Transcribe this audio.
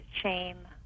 shame